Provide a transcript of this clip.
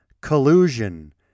collusion